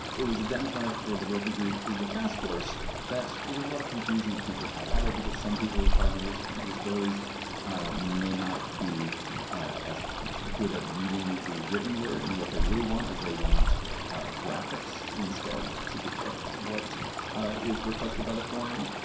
it was identified for the working group through the task force that there was a lot of confusion that people had. either because some people with cognitive disabilities may not be as good at reading the written word, and what they really want is they want graphics instead, to depict what is requested by the form.